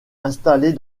installés